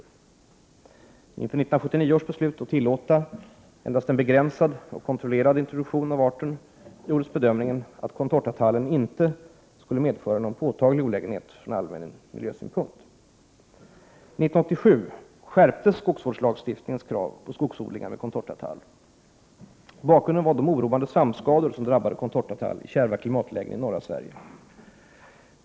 Inför 1979 års beslut att tillåta endast en begränsad och kontrollerad introduktion av arten gjordes bedömningen att contortatallen inte skulle medföra någon påtaglig olägenhet från allmän miljösynpunkt. År 1987 skärptes skogsvårdslagstiftningens krav på skogsodlingar med contortatall. Bakgrunden var de oroande svampskador som drabbade contortatall i kärva klimatlägen i norra Sverige.